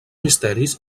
misteris